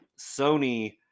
Sony